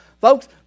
Folks